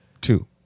Two